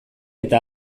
eta